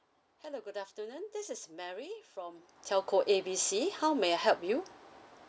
hello good afternoon this is mary from telco A B C how may I help you